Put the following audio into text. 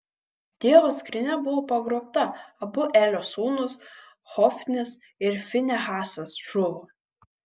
dievo skrynia buvo pagrobta abu elio sūnūs hofnis ir finehasas žuvo